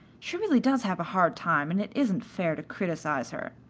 she really does have a hard time, and it isn't fair to criticise her.